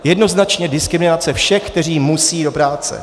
Jednoznačně diskriminace všech, kteří musí do práce.